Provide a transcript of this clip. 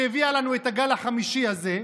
שהביאה לנו את הגל החמישי הזה,